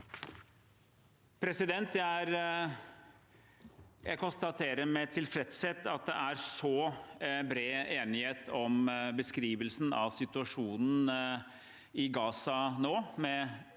Jeg konstaterer med tilfredshet at det er bred enighet om beskrivelsen av situasjonen i Gaza nå.